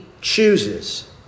chooses